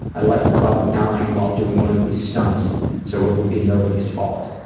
i liked the thought of dying while doing one of these stunts so it would be nobody's fault.